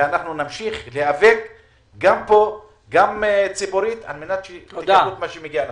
ונמשיך להיאבק פה וגם ציבורית על מנת שתקבלו את מה שמגיע לכם.